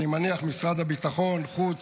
אני מניח, משרד הביטחון, חוץ,